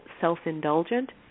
self-indulgent